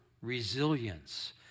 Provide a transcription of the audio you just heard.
resilience